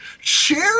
Share